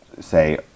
say